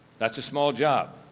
that's a small job,